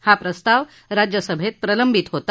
हा प्रस्ताव राज्यसभेत प्रलंबित होता